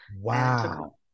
Wow